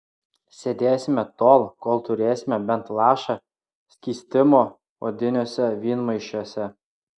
sėdėsime tol kol turėsime bent lašą skystimo odiniuose vynmaišiuose